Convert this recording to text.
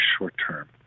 short-term